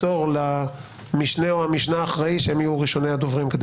מסור למשנה או המשנה האחראי שהם יהיו ראשוני הדוברים כדי